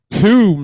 two